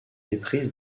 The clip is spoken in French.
éprise